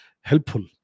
helpful